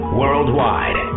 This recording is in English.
worldwide